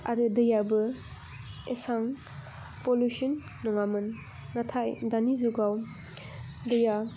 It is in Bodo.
आरो दैयाबो एसेबां पलिउशन नङामोन नाथाय दानि जुगाव दैया